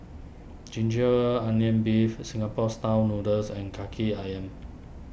Ginger Onions Beef Singapore Style Noodles and Kaki Ayam